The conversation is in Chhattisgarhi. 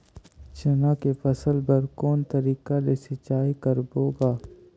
चना के फसल बर कोन तरीका ले सिंचाई करबो गा?